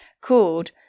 called